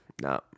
No